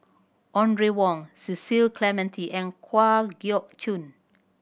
Audrey Wong Cecil Clementi and Kwa Geok Choo